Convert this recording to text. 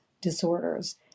disorders